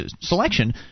selection